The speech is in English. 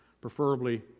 preferably